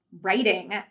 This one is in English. writing